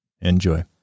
enjoy